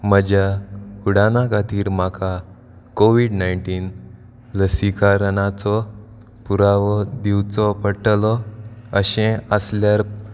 म्हज्या उडाना खातीर म्हाका कोवीड नायनटीन लसीकरणाचो पुरावो दिवचो पडटलो अशें आसल्यार